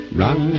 run